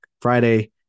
Friday